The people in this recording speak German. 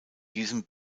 diesem